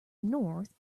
north